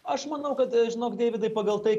aš manau kad žinok deividai pagal tai